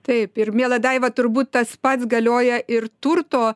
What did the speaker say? taip ir miela daiva turbūt tas pats galioja ir turto